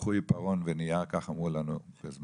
קחו עיפרון ונייר, כך אמרו לנו בזמננו.